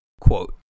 Quote